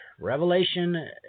Revelation